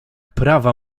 prawa